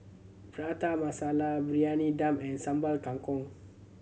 Prata Masala Briyani Dum and Sambal Kangkong